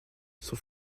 sont